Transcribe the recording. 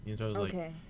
Okay